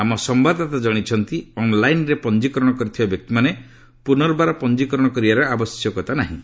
ଆମ ସମ୍ଭାଦଦାତା ଜଣାଇଛନ୍ତି ଅନ୍ଲାଇନ୍ରେ ପଞ୍ଜିକରଣ କରିଥିବା ବ୍ୟକ୍ତିମାନେ ପୁନର୍ବାର ପଞ୍ଜିକରଣ କରିବାର ଆବଶ୍ୟକତା ନାହିଁ